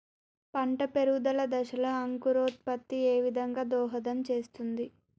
పంట పెరుగుదల దశలో అంకురోత్ఫత్తి ఏ విధంగా దోహదం చేస్తుంది?